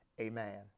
Amen